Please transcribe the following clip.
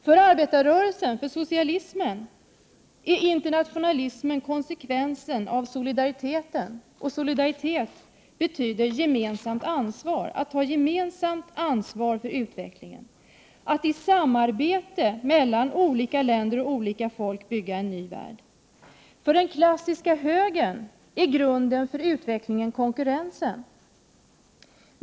För arbetarrörelsen, för socialismen, är internationalismen en konsekvens av solidariteten. Och solidaritet betyder gemensamt ansvar — att ta gemensamt ansvar för utvecklingen, att i samarbete mellan olika länder och olika folk bygga en ny värld. För den klassiska högern är grunden för utvecklingen konkurrensen.